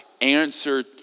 answer